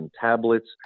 tablets